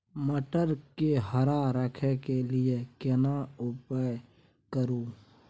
मटर के हरा रखय के लिए केना उपाय करू?